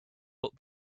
but